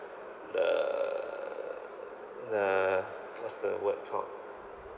the the what's the word called